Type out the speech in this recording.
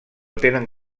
tenen